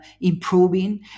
improving